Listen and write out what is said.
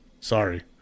Sorry